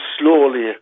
slowly